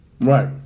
right